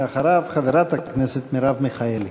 ואחריו, חברת הכנסת מרב מיכאלי.